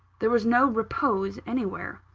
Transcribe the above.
there was no repose anywhere.